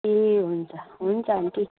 ए हुन्छ हुन्छ आन्टी